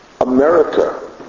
America